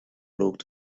looked